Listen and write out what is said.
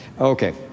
Okay